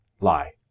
lie